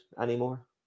anymore